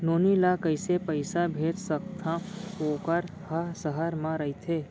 नोनी ल कइसे पइसा भेज सकथव वोकर ह सहर म रइथे?